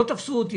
לא תפסו אותי,